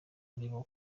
aribo